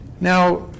Now